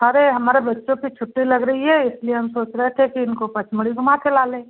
अरे हमारे बच्चों की छुट्टी लग रही है इसलिए हम सोच रहे थे कि इनको पचमढ़ी घूमा के ला लें